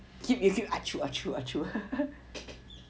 you keep